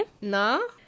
No